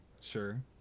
Sure